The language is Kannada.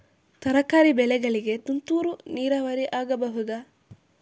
ತರಕಾರಿ ಬೆಳೆಗಳಿಗೆ ತುಂತುರು ನೀರಾವರಿ ಆಗಬಹುದಾ?